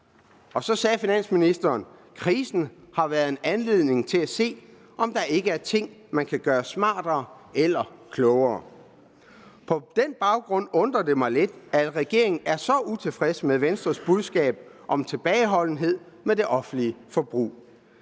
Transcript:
Så sagde finansministeren: Krisen har været en anledning til at se, om der ikke er ting, man kan gøre smartere eller klogere. På den baggrund undrer det mig lidt, at regeringen er så utilfreds med Venstres budskab om tilbageholdenhed med det offentlige forbrug.